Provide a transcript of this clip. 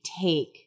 take